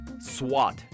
Swat